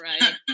right